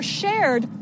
shared